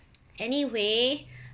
anyway